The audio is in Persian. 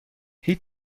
هیچ